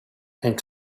and